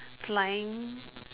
flying